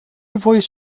voice